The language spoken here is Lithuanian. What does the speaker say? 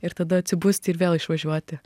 ir tada atsibusti ir vėl išvažiuoti